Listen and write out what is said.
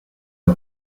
des